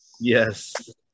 Yes